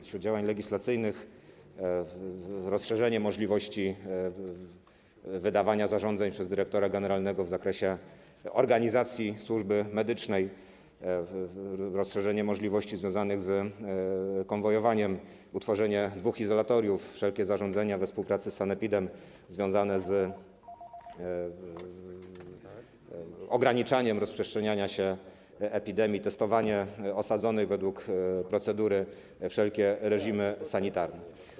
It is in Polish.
Wśród działań legislacyjnych to rozszerzenie możliwości wydawania zarządzeń przez dyrektora generalnego w zakresie organizacji służby medycznej, rozszerzenie możliwości związanych z konwojowaniem, utworzenie dwóch izolatoriów, wszelkie zarządzenia we współpracy z sanepidem związane z ograniczaniem rozprzestrzeniania się epidemii, testowanie osadzonych według procedury, wszelkie reżimy sanitarne.